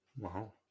Wow